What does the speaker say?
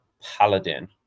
paladin